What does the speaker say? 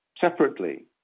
Separately